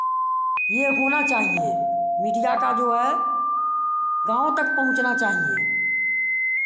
यह होना चाहिए मीडिया का जो है गाँव तक पहुँचना चाहिए